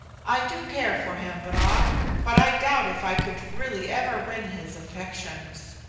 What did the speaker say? i do care for him, bra but i doubt if i could really ever win his affections.